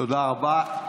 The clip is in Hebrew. תודה רבה.